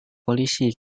polisi